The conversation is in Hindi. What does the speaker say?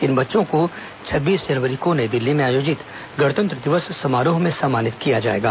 इन बच्चों को छब्बीस जनवरी को नई दिल्ली में आयोजित गणतंत्र दिवस समारोह में सम्मानित किया जाएगा